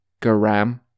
Garam